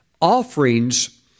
offerings